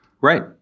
Right